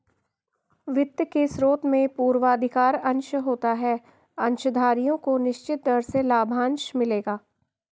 वित्त के स्रोत में पूर्वाधिकार अंश होता है अंशधारियों को निश्चित दर से लाभांश मिलेगा